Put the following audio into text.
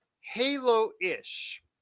Halo-ish